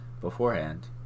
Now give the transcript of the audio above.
beforehand